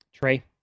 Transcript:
Trey